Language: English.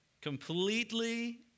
completely